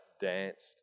danced